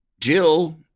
Jill